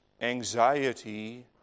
anxiety